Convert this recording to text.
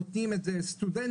נותנים את זה סטודנטים,